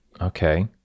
Okay